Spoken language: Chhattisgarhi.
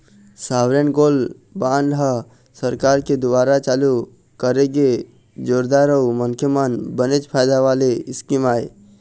सॉवरेन गोल्ड बांड ह सरकार के दुवारा चालू करे गे जोरदार अउ मनखे मन बनेच फायदा वाले स्कीम आय